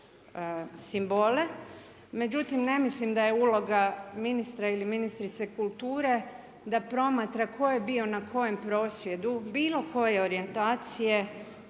simbole, međutim ne mislim da je uloga ministra ili ministrice kulture da promatra tko je bio na kojem prosvjedu bilo koje orijentacije